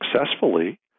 successfully